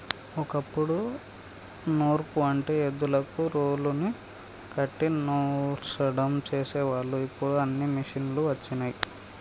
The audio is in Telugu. ఓ కప్పుడు నూర్పు అంటే ఎద్దులకు రోలుని కట్టి నూర్సడం చేసేవాళ్ళు ఇప్పుడు అన్నీ మిషనులు వచ్చినయ్